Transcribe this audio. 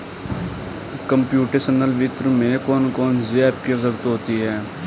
computational वित्त में कौन कौन सी एप की आवश्यकता होती है